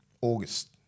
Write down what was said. August